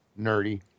Nerdy